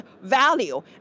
value